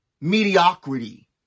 mediocrity